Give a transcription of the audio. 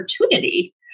opportunity